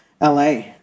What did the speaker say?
LA